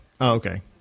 okay